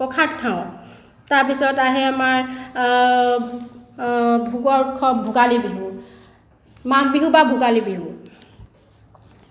প্ৰসাদ খাওঁ তাৰপিছত আছে আমাৰ ভোগৰ উৎসৱ ভোগালী বিহু মাঘ বিহু বা ভোগালী বিহু